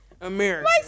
America